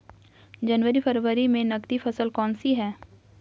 जनवरी फरवरी में नकदी फसल कौनसी है?